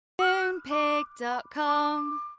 Moonpig.com